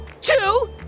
two